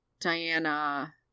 diana